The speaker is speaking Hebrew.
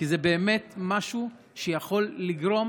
כי זה באמת משהו שיכול לגרום